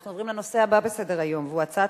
אנחנו עוברים לנושא הבא בסדר-היום: הצעת